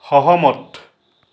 সহমত